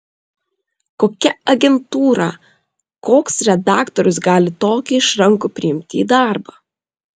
kokia agentūra koks redaktorius gali tokį išrankų priimti į darbą